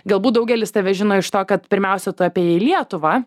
galbūt daugelis tave žino iš to kad pirmiausia tu apėjai lietuvą